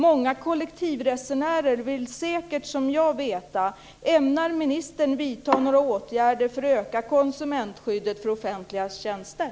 Många kollektivresenärer vill säkert, som jag, veta om ministern ämnar vidta några åtgärder för att öka konsumentskyddet för offentliga tjänster.